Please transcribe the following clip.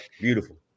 beautiful